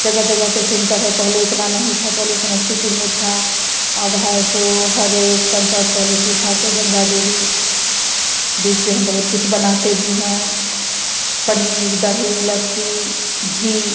जगह जगह पर सेंटर है पहले इतना नहीं था पहले समस्तीपुर में था अब है सो हर एक पंचायत पहले सुधा से गंगा डेयरी दूध से हम बहुत कुछ बनाते भी हैं पनीर दही लस्सी घी